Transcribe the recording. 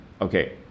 Okay